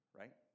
right